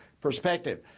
perspective